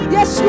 Yes